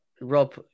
Rob